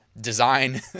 design